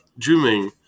Juming